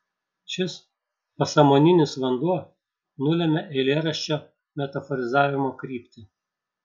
šis pasąmoninis vanduo nulemia eilėraščio metaforizavimo kryptį